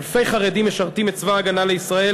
אלפי חרדים משרתים בצבא הגנה לישראל.